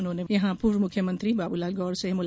उन्होंने यहां पूर्व मुख्यमंत्री बाबूलाल गौर से मुलाकात की